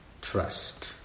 trust